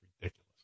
ridiculous